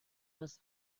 was